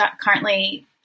currently